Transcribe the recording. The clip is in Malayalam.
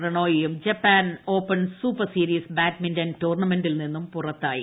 പ്രണോയിയും Japan open super series badminton ടൂർണമെന്റിൽ നിന്നും പുറത്തായി